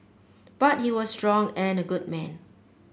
but he was strong and a good man